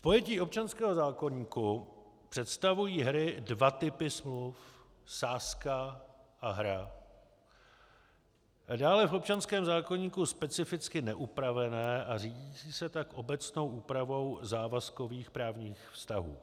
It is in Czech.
V pojetí občanského zákoníku představují hry dva typy smluv sázka a hra dále v občanském zákoníku specificky neupravené a řídící se tak obecnou úpravou závazkových právních vztahů.